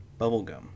bubblegum